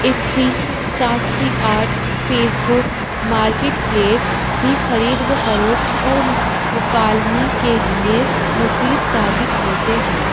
ایک سی سات سی آرٹ فیس بک مارکیٹ پلیس بھی خرید و فروخت اور مکالمی کے لیے مفید ثابت ہوتے ہیں